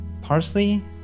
Parsley